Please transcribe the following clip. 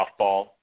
softball